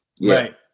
Right